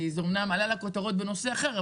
זה אמנם עלה לכותרות בנושא אחר,